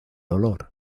olor